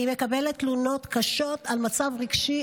אני מקבלת תלונות קשות על מצב רגשי.